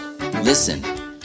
listen